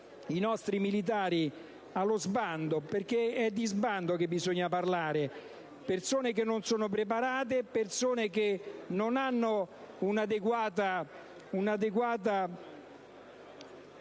i nostri militari allo sbando, perché è di sbando che bisogna parlare: persone che non sono preparate, che non hanno un adeguato